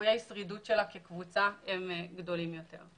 סיכויי השרידות שלה כקבוצה הם גדולים יותר.